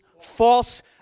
false